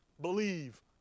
believe